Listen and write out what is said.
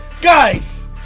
guys